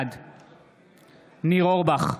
בעד ניר אורבך,